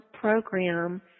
program